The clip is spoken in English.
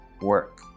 Work